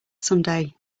someday